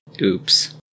Oops